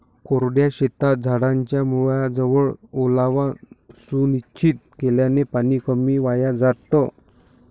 कोरड्या शेतात झाडाच्या मुळाजवळ ओलावा सुनिश्चित केल्याने पाणी कमी वाया जातं